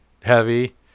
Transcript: heavy